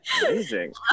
Amazing